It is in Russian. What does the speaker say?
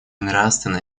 нравственно